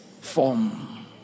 form